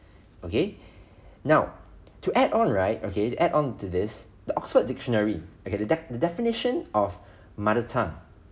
okay now to add on right okay add on to this the oxford dictionary okay the def~ the definition of mother tongue